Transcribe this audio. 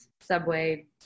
Subway